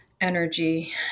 energy